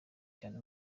cyane